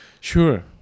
Sure